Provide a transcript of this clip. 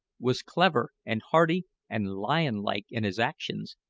was clever and hearty and lion-like in his actions,